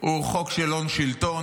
הוא חוק של הון שלטון,